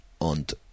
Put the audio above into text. und